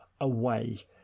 away